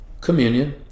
communion